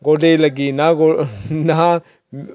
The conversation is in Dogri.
गौड्डै लग्गी नां